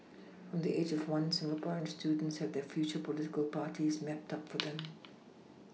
from the age of one Singaporean students have their future political parties mapped out for them